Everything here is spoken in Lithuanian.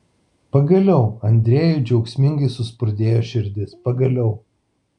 pagaliau andrejui džiaugsmingai suspurdėjo širdis pagaliau